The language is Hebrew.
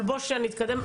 אבל בוא שנייה נתקדם.